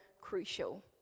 crucial